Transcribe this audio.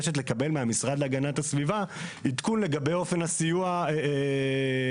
החוק הזה שכאמור לצד הנושאים הסביבתיים,